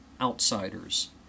outsiders